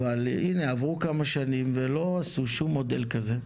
אבל הנה עברו כמה שנים ולא עשו שום מודל כזה.